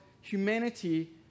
humanity